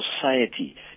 society